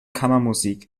kammermusik